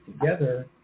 together